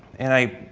and i